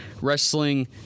Wrestling